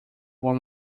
one